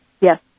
Yes